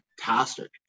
fantastic